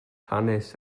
hanes